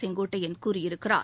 செங்கோட்டையன் கூறியிருக்கிறார்